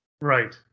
Right